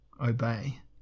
obey